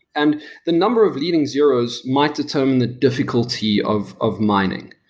and the number of leading zeros might determine the difficulty of of mining.